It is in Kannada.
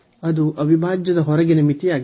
ಅದು ಅವಿಭಾಜ್ಯದ ಹೊರಗಿನ ಮಿತಿಯಾಗಿದೆ